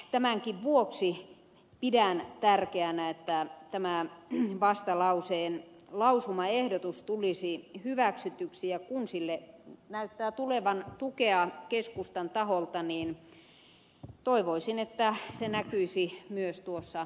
tämänkin vuoksi pidän tärkeänä että tämä vastalauseen lausumaehdotus tulisi hyväksytyksi ja kun sille näyttää tulevan tukea keskustan taholta niin toivoisin että se näkyisi myös tuossa äänestyskäyttäytymisessä